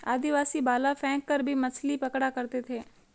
आदिवासी भाला फैंक कर भी मछली पकड़ा करते थे